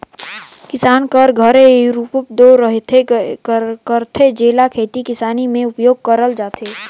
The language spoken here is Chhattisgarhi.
किसान कर घरे इरूपरे दो रहबे करथे, जेला खेती किसानी मे उपियोग करल जाथे